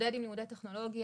להתמודד עם לימודי טכנולוגיה.